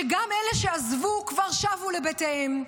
שגם אלה שעזבו כבר שבו לבתיהם.